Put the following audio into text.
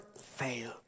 fail